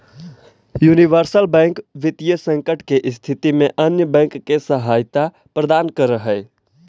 universal bank वित्तीय संकट के स्थिति में अन्य बैंक के सहायता प्रदान करऽ हइ